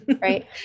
right